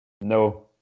No